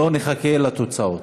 לא נחכה לתוצאות.